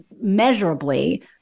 measurably